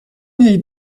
niej